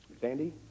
sandy